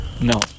No